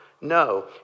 No